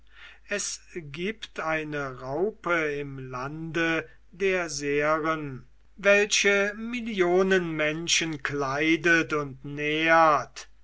es gibt eine raupe im lande der seren welche millionen menschen kleidet und nährt